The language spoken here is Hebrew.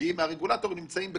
שמגיעים מהרגולטורים נמצאים בכלל,